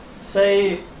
Say